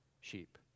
sheep